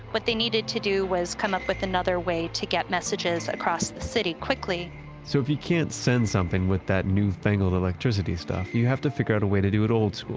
what they needed to do was up with another way to get messages across the city quickly so if you can't send something with that newfangled electricity stuff, you have to figure out a way to do it old school.